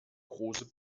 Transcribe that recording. große